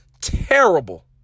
terrible